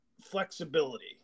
flexibility